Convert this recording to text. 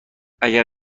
اگر